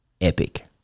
epic